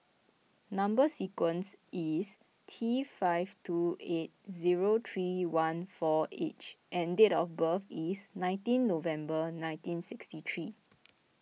Number Sequence is T five two eight zero three one four H and date of birth is nineteen November nineteen sixty three